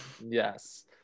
Yes